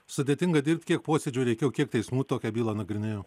sudėtinga dirbti kiek posėdžių reikėjo kiek teismų tokią bylą nagrinėjo